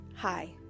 Hi